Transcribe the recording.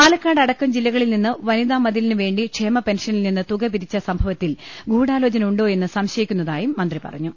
പാലക്കാട് അടക്കം ജില്ലകളിൽ നിന്ന് വനിതാമതി ലിനു വേണ്ടി ക്ഷേമപെൻഷനിൽ നിന്ന് തുക പിരിച്ച സംഭവത്തിൽ ഗൂഢാലോചനയുണ്ടോയെന്ന് സംശയിക്കു ന്നതായി മന്ത്രി പറഞ്ഞു